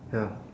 ya